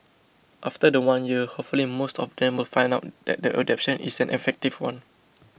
after the one year hopefully most of them will find out that the adaptation is an effective one